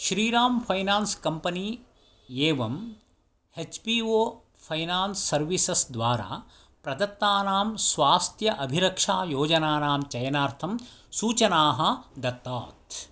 Shriram finance company एवं H B O finance services द्वारा प्रदत्तानां स्वास्थ्य अभिरक्षायोजनानां चयनार्थं सूचनाः दत्तात्